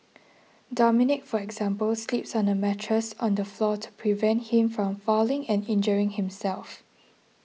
Dominic for example sleeps on a mattress on the floor to prevent him from falling and injuring himself